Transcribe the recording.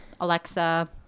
Alexa